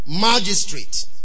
magistrate